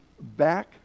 back